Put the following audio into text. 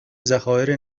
ذخایر